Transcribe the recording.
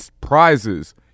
prizes